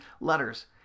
letters